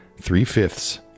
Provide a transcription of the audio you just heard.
three-fifths